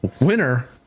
winner